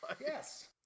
Yes